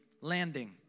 landing